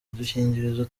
udukingirizo